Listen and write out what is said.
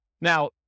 Now